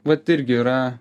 vat irgi yra